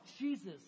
Jesus